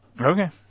Okay